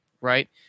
Right